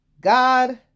God